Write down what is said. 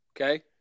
okay